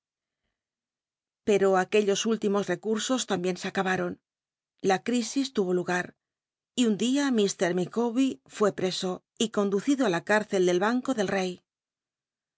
pero aquellos últimos rccm'sos lambicn se acabar'on la crisis tu'olugar y un dia lh llica wbcr fué preso y conducido i la cürccl del banco del